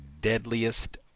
deadliest